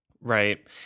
Right